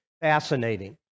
fascinating